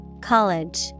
College